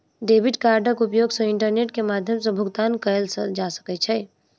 debit कार्डक उपयोग सॅ इंटरनेट के माध्यम सॅ भुगतान कयल जा सकै छै